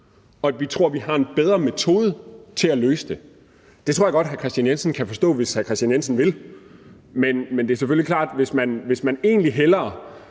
og at vi tror, vi har en bedre metode til at løse det, så tror jeg godt, at hr. Kristian Jensen kan forstå det, hvis hr. Kristian Jensen vil. Men hvis man egentlig hellere